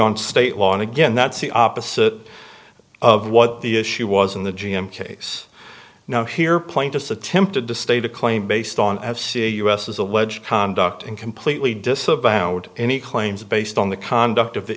on state law and again that's the opposite of what the issue was in the g m case now here plaintiffs attempted to state a claim based on have see us as alleged conduct and completely disavowed any claims based on the conduct of the